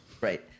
right